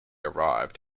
arrived